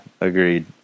agreed